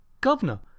Governor